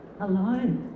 alone